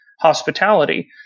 hospitality